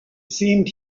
seemed